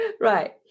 Right